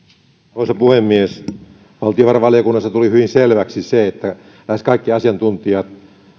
arvoisa puhemies valtiovarainvaliokunnassa tuli hyvin selväksi se että lähes kaikki asiantuntijat